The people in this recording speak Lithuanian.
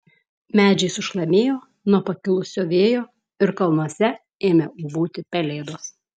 medžiai sušlamėjo nuo pakilusio vėjo ir kalnuose ėmė ūbauti pelėdos